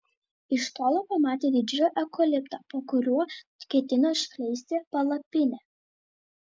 iš tolo pamatė didžiulį eukaliptą po kuriuo ketino išskleisti palapinę